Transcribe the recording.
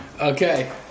okay